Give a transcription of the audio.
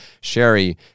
Sherry